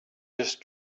just